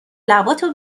لباتو